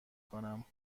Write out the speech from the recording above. کنم